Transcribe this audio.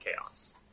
chaos